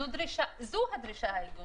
זו הדרישה הארגונית.